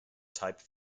type